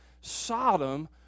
Sodom